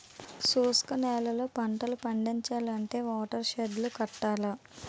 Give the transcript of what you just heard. శుష్క నేలల్లో పంటలు పండించాలంటే వాటర్ షెడ్ లు కట్టాల